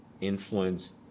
influence